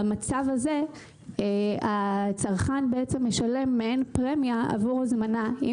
במצב הזה הצרכן משלם מעין פרמיה עבור הזמנה עם